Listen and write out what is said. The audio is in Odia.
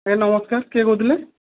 ଆଜ୍ଞା ନମସ୍କାର କିଏ କହୁଥିଲେ